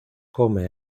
come